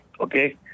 okay